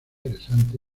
interesante